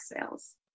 sales